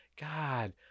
God